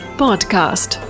podcast